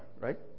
right